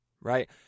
right